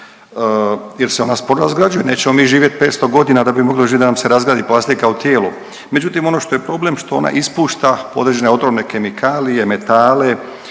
jer se ona sporo razgrađuje, nećemo mi živjeti 500 godina da bi mogli, da nam se razgradi plastika u tijelu, međutim ono što je problem što ona ispušta određene otrovne kemikalije, metale